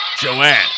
Joanne